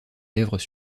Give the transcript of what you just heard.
lèvres